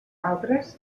altres